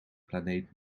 planeet